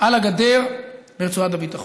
על הגדר ברצועת הביטחון.